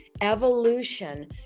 evolution